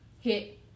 hit